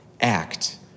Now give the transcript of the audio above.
act